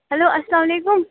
hello اَسَلامَ وعلیکُم